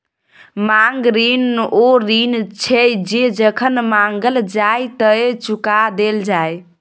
मांग ऋण ओ ऋण छै जे जखन माँगल जाइ तए चुका देल जाय